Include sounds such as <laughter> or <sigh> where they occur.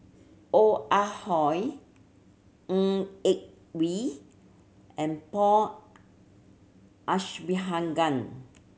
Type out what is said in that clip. Ong Ah Hoi Ng Yak Whee and Paul <unintelligible>